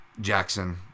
Jackson